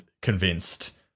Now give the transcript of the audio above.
convinced